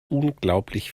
unglaublich